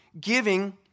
giving